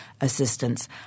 assistance